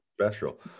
special